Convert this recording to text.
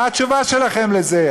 מה התשובה שלכם על זה?